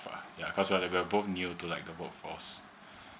ya cause like we are both new to like the work force